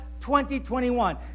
2021